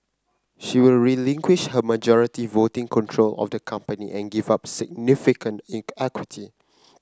she will relinquish her majority voting control of the company and give up significant ink equity